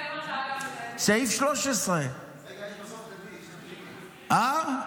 סעיף 13. רגע,